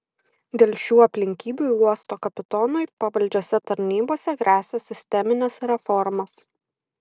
dėl šių aplinkybių uosto kapitonui pavaldžiose tarnybose gresia sisteminės reformos